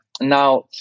now